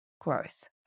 growth